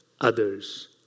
others